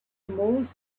most